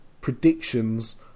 predictions